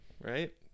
right